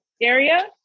area